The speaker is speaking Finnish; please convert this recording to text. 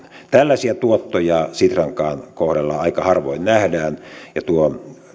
tällaisia tuottoja sitrankaan kohdalla aika harvoin nähdään ja tuo